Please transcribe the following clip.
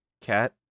cat